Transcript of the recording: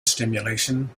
stimulation